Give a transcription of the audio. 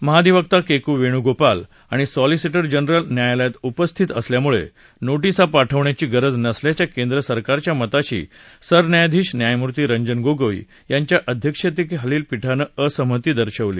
महाअधिवक्ता K K Venugopal आणि solicitor general न्यायालयात उपस्थित असल्यामुळे नोटिसा पाठवण्याची गरज नसल्याच्या केंद्रसरकारच्या मताशी सरन्यायाधीश न्यायमूर्ती रंजन गोगोई यांच्या अध्यक्षतेखालच्या पीठानं असहमती दर्शवली